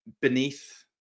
beneath